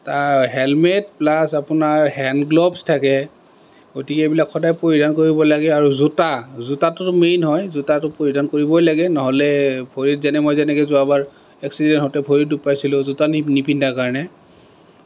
helmet plus আপোনাৰ hand gloves থাকে গতিকে এইবিলাক সদায় পৰিধান কৰিব লাগে আৰু জোতা জোতাটো মেইন হয় জোতাটো পৰিধান কৰিবই লাগে নহ'লে ভৰিত যেনে মই যেনেকৈ যোৱাবাৰ এক্সিডেন্ট হওঁতে ভৰিত দুখ পাইছিলোঁ জোতা নিপি নিপিন্ধাৰ কাৰণে